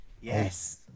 Yes